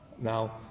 Now